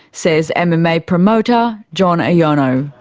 says and mma mma promoter john ah yeah ah and um